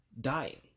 Dying